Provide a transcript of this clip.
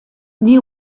die